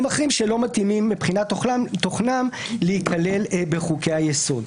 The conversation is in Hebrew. אחרים שלא מתאימים מבחינת תוכנם להיכלל בחוקי היסוד.